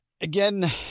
again